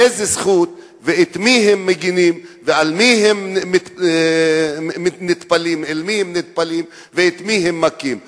באיזה זכות ועל מי הם מגינים ואל מי הם נטפלים ואת מי הם מכים.